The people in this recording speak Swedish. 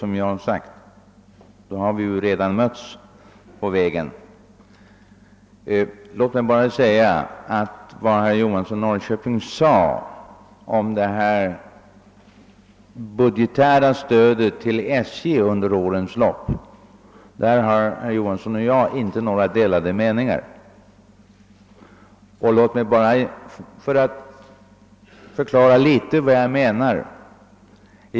I så fall möts vi på vägen. Med anledning av vad herr Johansson i Norrköping sade om stödet till SJ över statsbudgeten under årens lopp vill jag framhålla att vi inte har några delade meningar på den punkten. Låt mig emellertid förklara vad jag menar!